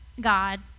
God